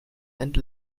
and